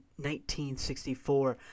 1964